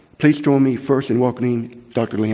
please join me first in welcoming dr. like